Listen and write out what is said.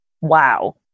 Wow